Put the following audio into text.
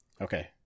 Okay